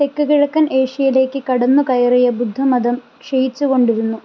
തെക്കുകിഴക്കൻ ഏഷ്യയിലേക്ക് കടന്നുകയറിയ ബുദ്ധമതം ക്ഷയിച്ചുകൊണ്ടിരുന്നു